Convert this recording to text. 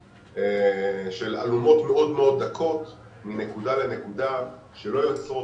מאוד דקות מנקודה לנקודה שכמעט לא יוצרות